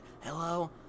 hello